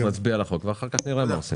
מי נגד?